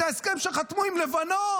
את ההסכם שחתמו עם לבנון?